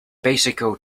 bicycle